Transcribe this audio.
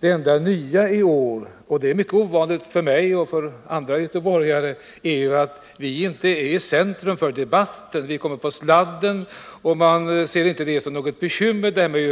Det enda nya i år — och det är mycket ovanligt för mig och för andra göteborgare — är att vi inte är i centrum för debatten. Vi kommerin på sladden här, och man ser inte problemen i Göteborg som något särskilt